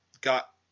got